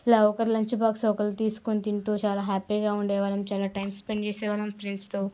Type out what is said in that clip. ఇలా ఒకరి lunch box ఒకరు తీసుకుని తింటూ చాలా హ్యాపీగా ఉండే వాళ్ళం చాలా టైం స్పెండ్ చేసే వాళ్ళం ఫ్రెండ్స్తో